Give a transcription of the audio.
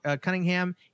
Cunningham